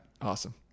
Awesome